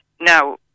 Now